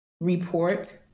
report